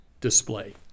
display